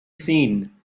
seen